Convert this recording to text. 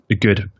good